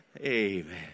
Amen